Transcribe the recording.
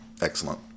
Excellent